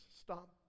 Stop